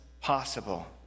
possible